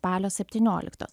spalio septynioliktos